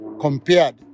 compared